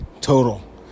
total